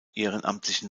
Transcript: ehrenamtlichen